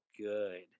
good